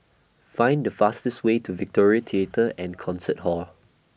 Find The fastest Way to Victoria Theatre and Concert Hall